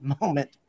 moment